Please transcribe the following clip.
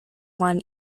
won